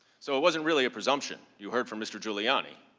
so it wasn't really a presumption. you heard from mr. giuliani.